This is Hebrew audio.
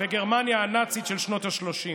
בגרמניה הנאצית של שנות השלושים.